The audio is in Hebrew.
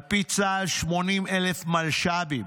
על פי צה"ל 80,000 מלש"בים,